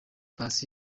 paccy